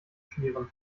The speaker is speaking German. schmieren